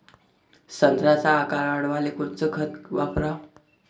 संत्र्याचा आकार वाढवाले कोणतं खत वापराव?